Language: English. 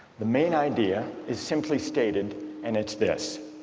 the main idea is simply stated and it's this,